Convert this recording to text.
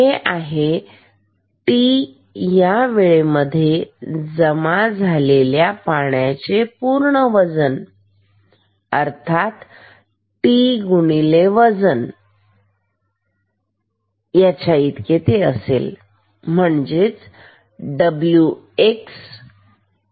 हे आहे t या वेळेमध्ये जमा झालेल्या पाण्याचे पूर्ण वजन हे t गुणिले वजन याचा इतके आहे